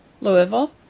Louisville